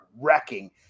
wrecking